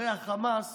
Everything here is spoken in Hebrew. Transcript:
הרי החמאס